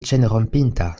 ĉenrompinta